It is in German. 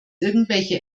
irgendwelche